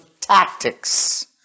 tactics